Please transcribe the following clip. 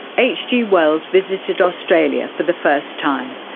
hg wells visited australia for the first time,